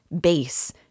base